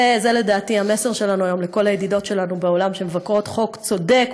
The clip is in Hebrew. זה לדעתי המסר שלנו היום לכל הידידות שלנו בעולם שמבקרות חוק צודק,